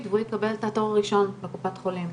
והוא יקבל את התור הראשון בקופת חולים,